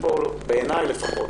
בעיניי לפחות,